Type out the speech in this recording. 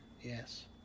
Yes